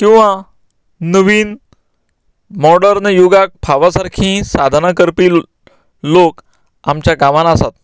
किंवां नवीन मोडर्न युगाक फावा सारकीं साधनां करपी लोक आमच्या गांवांत आसात